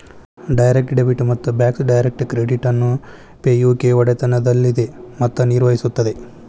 direct debit ಮತ್ತು Bacs direct credit ಅನ್ನು Pay UK ಕೆ ಒಡೆತನದಲ್ಲಿದೆ ಮತ್ತು ನಿರ್ವಹಿಸುತ್ತದೆ